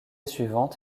suivante